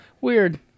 weird